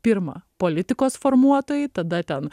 pirma politikos formuotojai tada ten